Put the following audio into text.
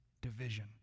division